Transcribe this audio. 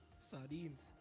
Sardines